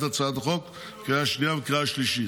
הצעת החוק בקריאה שנייה ובקריאה שלישית.